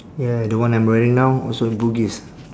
ya the one I'm wearing now also at bugis